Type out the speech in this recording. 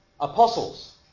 apostles